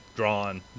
Drawn